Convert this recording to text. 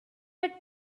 had